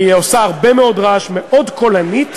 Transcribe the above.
היא עושה הרבה מאוד רעש, מאוד קולנית,